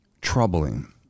troubling